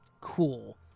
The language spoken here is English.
cool